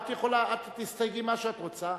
את תסתייגי על מה שאת רוצה,